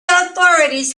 authorities